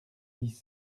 dix